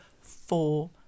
four